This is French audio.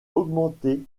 augmenter